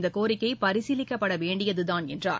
இந்த கோரிக்கை பரிசீலிக்கப்பட வேண்டியதுதான் என்றார்